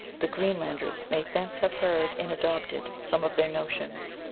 the greenlanders may thence have heard and adopted some of their notions,